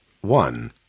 One